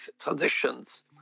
transitions